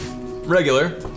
Regular